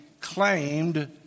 claimed